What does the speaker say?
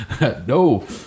no